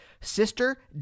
Sister